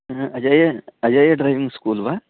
अ अजयः अजयः driving school वा